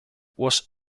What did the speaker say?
was